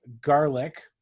garlic